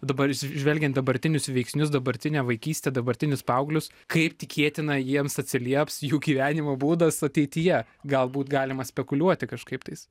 dabar žvelgiant dabartinius veiksnius dabartinę vaikystę dabartinius paauglius kaip tikėtina jiems atsilieps jų gyvenimo būdas ateityje galbūt galima spekuliuoti kažkaip tais